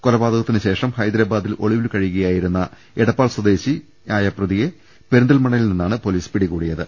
കൊല പാതകത്തിനുശേഷം ഹൈദരബാദിൽ ഒളിവിൽ കഴിയുകയാ യിരുന്ന എടപ്പാൾ സ്വദേശിയായ പ്രതിയെ പെരിന്തൽമണ്ണയിൽ നിന്നാണ് പൊലീസ് പിടികൂടിയത്